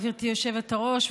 גברתי היושבת-ראש,